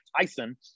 Tyson